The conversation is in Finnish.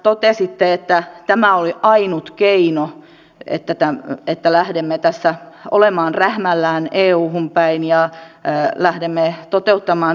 totesitte että tämä oli ainut keino että lähdemme tässä olemaan rähmällään euhun päin ja lähdemme toteuttamaan